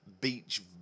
beach